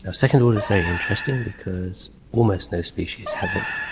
ah second order is very interesting because almost no species have it,